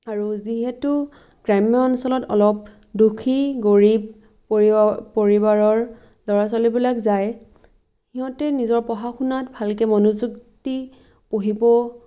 আৰু যিহেতু গ্ৰাম্য অঞ্চলত অলপ দুখী গৰীৱ পৰিব পৰিবাৰৰ ল'ৰা ছোৱালীবিলাক যায় সিহঁতে নিজৰ পঢ়া শুনাত ভালকে মনোযোগ দি পঢ়িব